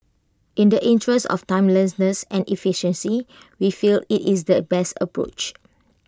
in the interest of timeliness and efficiency we feel IT is the best approach